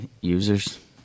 Users